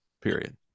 period